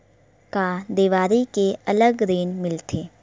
का देवारी के अलग ऋण मिलथे?